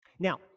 Now